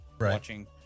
watching